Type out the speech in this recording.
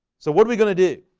so what are we going to do?